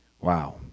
Wow